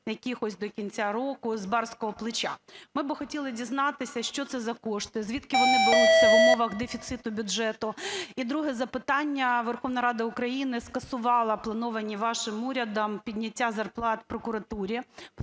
якихось до кінця року з барського плеча. Ми би хотіли дізнатися, що це за кошти? Звідки вони беруться в умовах дефіциту бюджету? І друге запитання. Верховна Рада України скасувала плановане вашим урядом підняття зарплат прокуратурі.